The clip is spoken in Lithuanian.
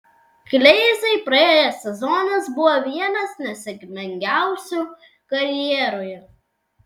kleizai praėjęs sezonas buvo vienas nesėkmingiausių karjeroje